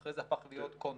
שאחרי זה הפך להיות 'קונצרט'.